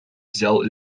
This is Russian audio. взял